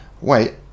wait